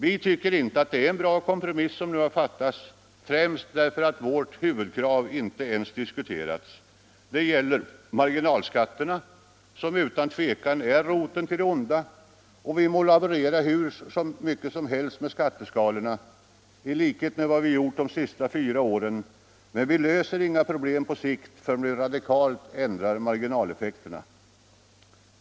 Vi tycker inte att det är en bra kompromiss som man åstadkommit — främst därför att vårt huvudkrav inte ens har diskuterats. Det gäller marginalskatterna, som utan tvivel är roten till det onda. Vi må laborera hur mycket som helst med skatteskalorna i likhet med vad vi gjort de senaste fyra åren, men vi löser inga problem på sikt förrän vi radikalt ändrar marginaleffekterna.